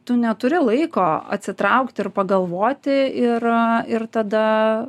tu neturi laiko atsitraukti ir pagalvoti ir ir tada